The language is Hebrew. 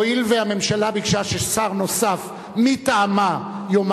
הואיל והממשלה ביקשה ששר נוסף מטעמה ידבר,